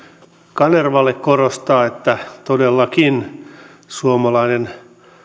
kanervalle korostaa että todellakin suomalaiset